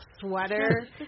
sweater